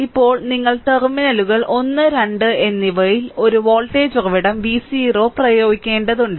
ഇപ്പോൾ നിങ്ങൾ ടെർമിനലുകൾ 1 2 എന്നിവയിൽ ഒരു വോൾട്ടേജ് ഉറവിടം V0 പ്രയോഗിക്കേണ്ടതുണ്ട്